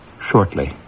shortly